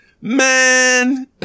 Man